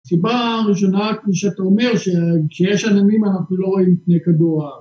סיבה ראשונה כפי שאתה אומר, שכשיש עננים אנחנו לא רואים פני כדור הארץ.